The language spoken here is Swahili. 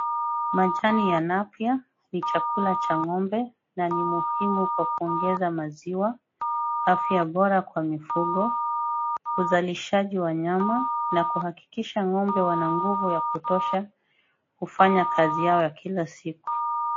Majani ya napier ni chakula cha ng'ombe na ni mzuri kwa kuongeza maziwa, afya bora kwa mifugo, uzalishaji wa nyama na kuhakikisha ng'ombe wana nguvu ya kutosha, hufanya kazi yao ya kila siku.